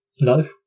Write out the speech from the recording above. No